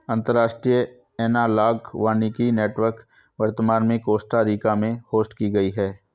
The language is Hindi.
अंतर्राष्ट्रीय एनालॉग वानिकी नेटवर्क वर्तमान में कोस्टा रिका में होस्ट की गयी है